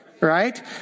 Right